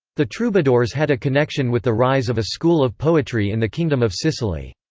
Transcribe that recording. the troubadours had a connexion with the rise of a school of poetry in the kingdom of sicily.